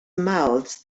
mouths